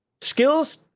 Skills